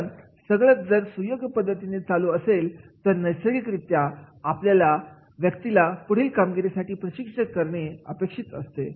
कारण सगळच जर सुयोग्य पद्धतीने चालू असेल तर नैसर्गिक रित्या अशा व्यक्तीला पुढील कामगिरीसाठी प्रशिक्षित करणे अपेक्षित असते